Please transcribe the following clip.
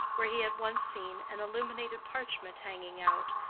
where he had once seen an illuminated parchment hanging out,